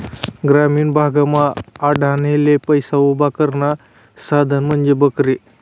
ग्रामीण भागमा आडनडले पैसा उभा करानं साधन म्हंजी बकरी